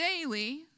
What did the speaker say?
daily